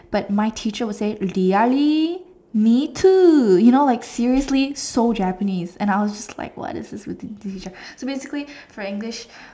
but my teacher will say really me too you know like seriously so Japanese and I will just like why is this English teacher so basically for English